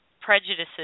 prejudices